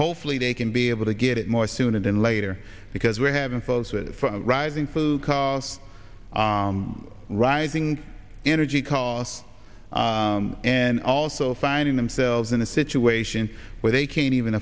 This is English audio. hopefully they can be able to get it more sooner than later because we're having folks rising food costs rising energy costs and also finding themselves in a situation where they can't even